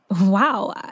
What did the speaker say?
Wow